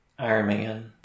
Ironman